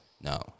no